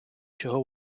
чого